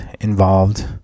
involved